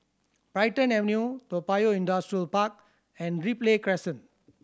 Brighton Avenue Toa Payoh Industrial Park and Ripley Crescent